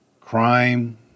crime